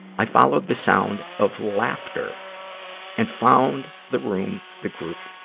i followed the sound of laughter and found the room the group,